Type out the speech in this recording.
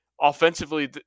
Offensively